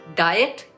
diet